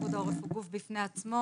פיקוד העורף הוא גוף בפני עצמו,